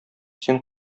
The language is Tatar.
син